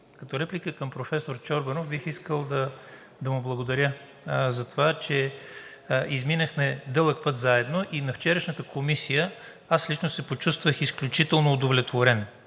Като реплика към професор Чорбанов. Бих искал да му благодаря за това, че изминахме дълъг път заедно и на вчерашната Комисия лично се почувствах изключително удовлетворен